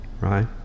right